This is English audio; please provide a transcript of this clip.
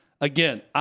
Again